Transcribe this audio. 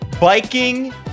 biking